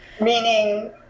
Meaning